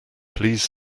please